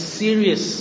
serious